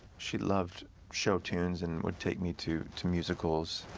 she loved show tunes and would take me to to musicals.